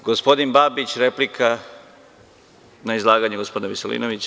Reč ima gospodin Babić, replika na izlaganje gospodina Veselinovića.